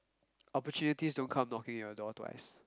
opportunities don't come knocking on your door twice